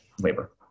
labor